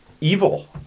evil